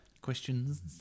questions